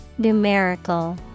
Numerical